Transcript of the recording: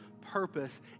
purpose